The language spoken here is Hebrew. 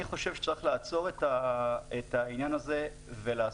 אני חושב שצריך לעצור את העניין הזה ולעשות